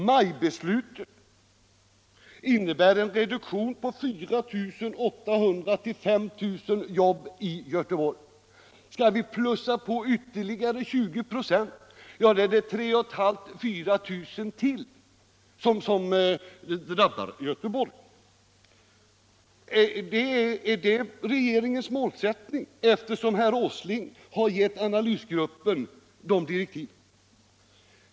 Majbeslutet innebär en reduktion på 4 800-5 000 jobb i Göteborg. Skall vi plussa på med ytterligare 20 26? Ja, då drabbas Göteborg av en ytterligare reduktion på 3 500—4 000 arbetstillfällen. Är detta regeringens mål, eftersom herr Åsling har gett analysgruppen sådana direktiv?